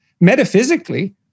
Metaphysically